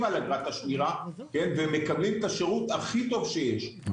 על אגרת השמירה ומקבלים את השירות הכי טוב שיש,